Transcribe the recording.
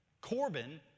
Corbin